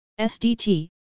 SDT